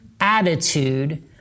attitude